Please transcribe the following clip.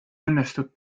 õnnestub